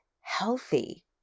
healthy